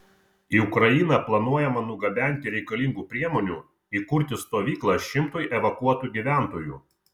į ukrainą planuojama nugabenti reikalingų priemonių įkurti stovyklą šimtui evakuotų gyventojų